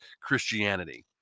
Christianity